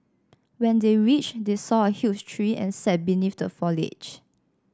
when they reached they saw a huge tree and sat beneath the foliage